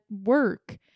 work